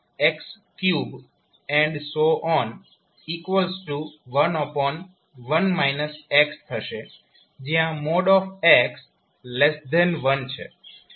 11 x થશે જયાં x1 છે